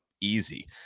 easy